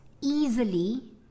easily